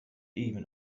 even